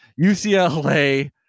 UCLA